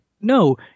no